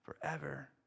forever